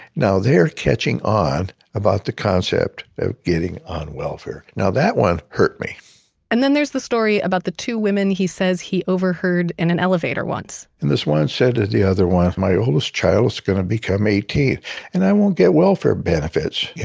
now, they're catching on about the concept of getting on welfare. now, that one hurt me and then there's the story about the two women he says he overheard in an elevator once and this one said that the other one, my oldest child is going to become eighteen and i won't get welfare benefits, you